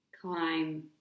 climb